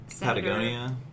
Patagonia